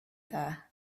there